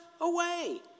away